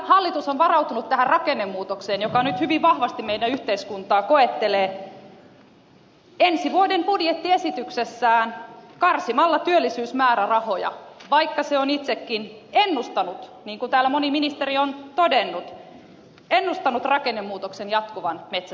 sen sijaan hallitus on varautunut tähän rakennemuutokseen joka nyt hyvin vahvasti meidän yhteiskuntaamme koettelee ensi vuoden budjettiesityksessään karsimalla työllisyysmäärärahoja vaikka se on itsekin ennustanut niin kuin täällä moni ministeri on todennut rakennemuutoksen jatkuvan metsäteollisuudessa